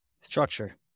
Structure